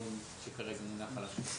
מהתיקון שכרגע מונח על השולחן.